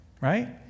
right